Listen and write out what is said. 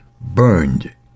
burned